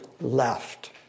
left